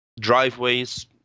driveways